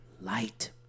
light